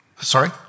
Sorry